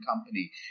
Company